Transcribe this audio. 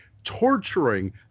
torturing